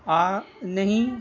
ਆ ਨਹੀਂ